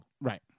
Right